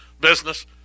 business